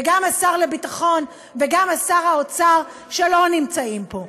וגם לשר הביטחון וגם לשר האוצר שלא נמצאים פה: